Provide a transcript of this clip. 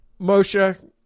moshe